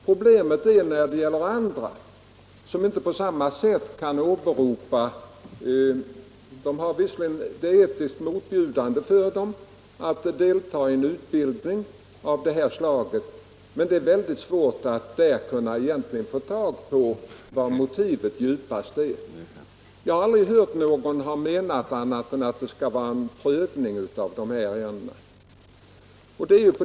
Problemet gäller dem som inte kan åberopa en kristen grund utan som på andra grunder finner det etiskt motbjudande att delta i en utbildning av detta slag. I dessa fall är det oftast svårt att komma fram till vad motivet djupast är. Jag har inte hört någon säga annat än att det bör vara en prövning av dessa ärenden.